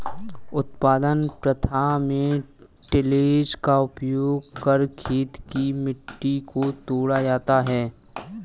उत्पादन प्रथा में टिलेज़ का उपयोग कर खेत की मिट्टी को तोड़ा जाता है